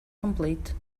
complete